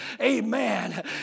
amen